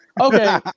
Okay